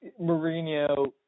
Mourinho